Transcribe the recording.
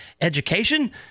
education